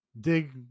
Dig